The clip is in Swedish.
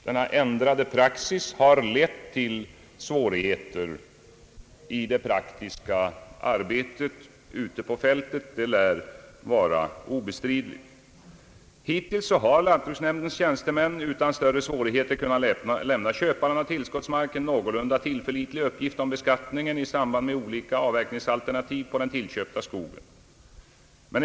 Denna ändrade praxis har lett till svårigheter i det praktiska arbetet ute på fältet, det lär vara obestridligt. Hittills har lantbruksnämndens tjänstemän utan större svårighet kunnat lämna köparen av tillskottsmark någorlunda tillförlitliga uppgifter om beskattningen i samband med olika avverkningsalternativ på den tillköpta skogen.